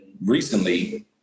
recently